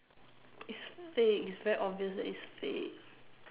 is fake is very obvious that is fake